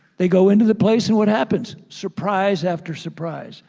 they go into the place, and what happens? surprise after surprise.